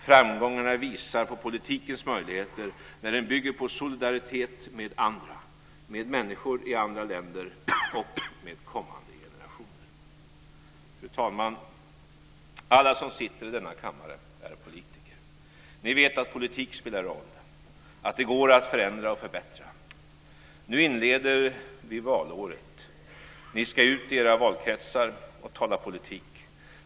Framgångarna visar på politikens möjligheter när den bygger på solidaritet med andra, med människor i andra länder och med kommande generationer. Fru talman! Alla som sitter i denna kammare är politiker. Ni vet att politik spelar roll och att det går att förändra och förbättra. Nu inleder vi valåret. Ni ska ut i era valkretsar och tala politik.